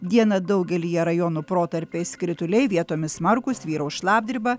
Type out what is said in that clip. dieną daugelyje rajonų protarpiais krituliai vietomis smarkūs vyraus šlapdriba